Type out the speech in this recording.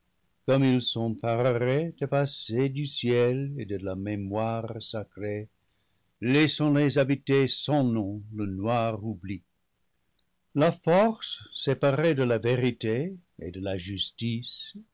comme ils sont par arrêt effacés du ciel et de la mémoire sacrée laissons-les habiter sans nom le noir oubli la force séparée de la vérité et de la justice